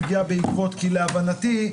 להבנתי,